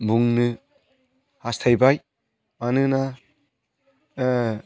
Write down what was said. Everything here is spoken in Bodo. बुंनो हास्थायबाय मानोना